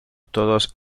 todos